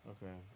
Okay